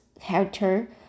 character